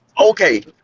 okay